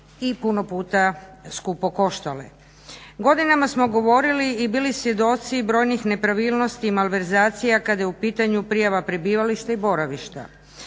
i puno puta skupo koštale. Godinama smo govorili i bili svjedoci brojnih nepravilnosti i malverzacija kad je u pitanju prijava prebivališta i boravišta.